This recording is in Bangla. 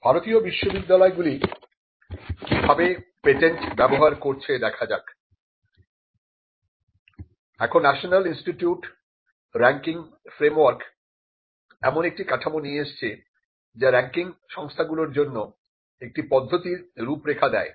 ভারতীয় বিশ্ববিদ্যালয়গুলি কিভাবে পেটেন্ট ব্যবহার করছে দেখা যাক এখন নেশনাল ইনস্টিটিউট রেংকিং ফ্রেমওয়ার্ক এমন একটি কাঠামো নিয়ে এসেছে যা রাঙ্কিং সংস্থাগুলোর জন্য একটি পদ্ধতির রূপরেখা দেয়